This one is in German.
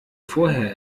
vorher